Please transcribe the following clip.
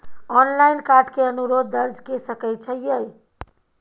Online card के अनुरोध दर्ज के सकै छियै?